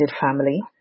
family